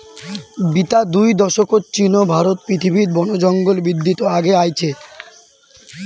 বিতা দুই দশকত চীন ও ভারত পৃথিবীত বনজঙ্গল বিদ্ধিত আগে আইচে